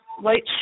white